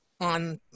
on